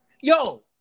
Yo